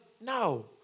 No